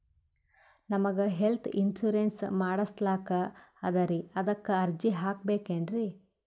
ನಮಗ health insurance ಮಾಡಸ್ಲಾಕ ಅದರಿ ಅದಕ್ಕ ಅರ್ಜಿ ಹಾಕಬಕೇನ್ರಿ?